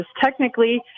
technically